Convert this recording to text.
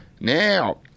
Now